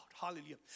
Hallelujah